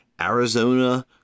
Arizona